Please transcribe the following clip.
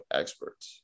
experts